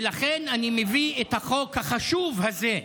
ולכן אני מביא את החוק החשוב הזה,